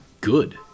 good